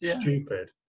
stupid